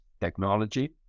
technology